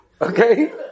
Okay